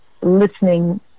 listening